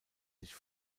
sich